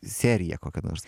serija kokia nors